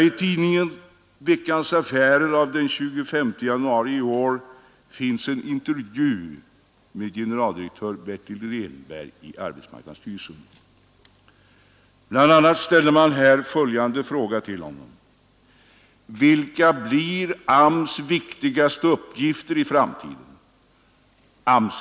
I tidningen Veckans Affärer av den 25 januari i år finns en intervju med generaldirektör Bertil Rehnberg i arbetsmarknadsstyrelsen. Bl. a. ställde man där följande fråga: Vilka blir för AMS de viktigaste uppgifterna i framtiden?